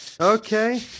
Okay